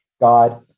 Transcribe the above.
God